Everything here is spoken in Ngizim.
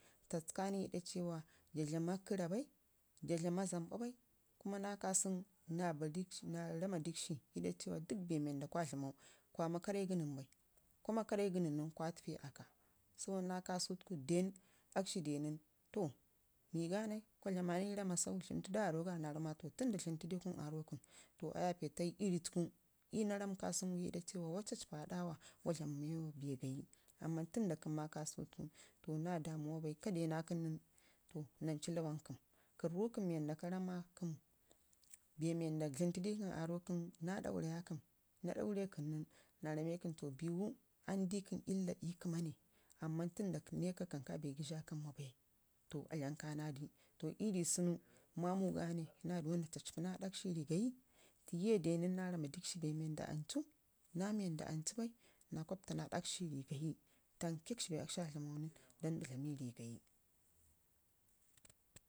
taltkanai iɗa cewa daa dlama kərra bai jaa dlama zamɓa bai, kuma ka sanu naa sama dikshi iɗa cewan dəje bee wanda kwa dlamau kwa ma karre gə nən bai kwama karre gə nən nən kwatəfe ii akka. So naa kasutuku den akshi de nən to miganai kwa dlama ni ramma sau dləmtə danai arro da naa rammau ma to tənda dləmtə dikun arro kun to aa yafe ta iyu, iyu naa rammu kasau ii ɗa cewa cuwa caccpii aɗawa wa dlam miya bee gaayi amma kəm ma kasutee ku to naa damuwa bai ka dena kəm nən to nam cu Lawan kəm, kəm rukəm mui ka ramma kam bee wanda dləmtidikəm gəro kəm naa kəm to biwu annidi kəm illa ii kəma ne ne amma tanda kəm naika gə shakən maabai to aa dlam kanadi to ii rii sunu tu mamauganai naa dəmu naa caccpii naa aɗakshi ii rii gayi tiye de nən naa naa ramma dici bee wanda ancu naa wanda ancu bai naa koppta naa aɗale shi ii rii gayi tamke bee akshi aa dlamau nən to da dlamo ii rii gayi.